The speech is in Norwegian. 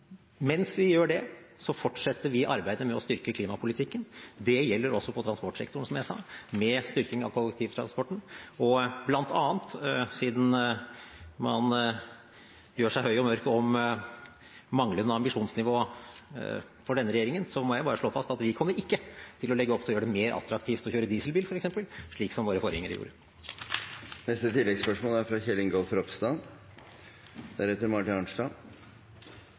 Mens vi gjør det, fortsetter vi arbeidet med å styrke klimapolitikken. Det gjelder også på transportsektoren, som jeg sa, med styrking av kollektivtransporten. Og siden man bl.a. gjør seg høy og mørk om manglende ambisjonsnivå for denne regjeringen, må jeg bare slå fast at vi kommer ikke til å legge opp til å gjøre det mer attraktivt å kjøre dieselbil f.eks., slik som våre forgjengere gjorde.